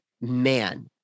man